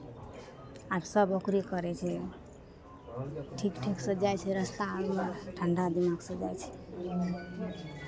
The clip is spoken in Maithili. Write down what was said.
आ सभ ओकरे करै छै ठीक ठीकसँ जाइ छै रस्ता आरमे ठण्ढा दिमागसँ जाइ छै